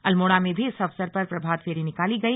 अल्मोड़ा में भी इस अवसर पर प्रभात फेरी निकाली गई